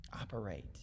operate